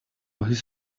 his